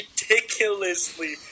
ridiculously